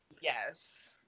Yes